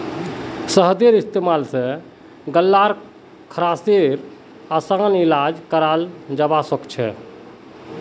शहदेर इस्तेमाल स गल्लार खराशेर असान इलाज कराल जबा सखछे